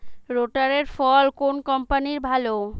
রোটারের ফল কোন কম্পানির ভালো?